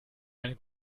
eine